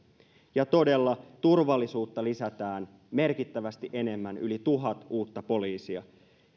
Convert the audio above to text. ja todella turvallisuutta lisätään merkittävästi enemmän yli tuhat uutta poliisia